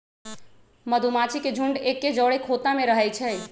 मधूमाछि के झुंड एके जौरे ख़ोता में रहै छइ